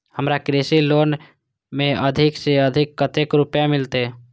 हमरा कृषि लोन में अधिक से अधिक कतेक रुपया मिलते?